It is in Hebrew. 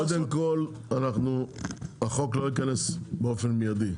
קודם כל החוק לא ייכנס באופן מיידי,